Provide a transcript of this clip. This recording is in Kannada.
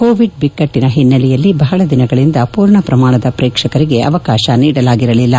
ಕೋವಿಡ್ ಬಿಕ್ಕಟ್ಟಿನಿಂದಾಗಿ ಬಹಳ ದಿನಗಳಿಂದ ಪೂರ್ಣ ಪ್ರಮಾಣದ ಪ್ರೇಕ್ಷಕರಿಗೆ ಅವಕಾಶ ನೀಡಲಾಗಿರಲಿಲ್ಲ